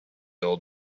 old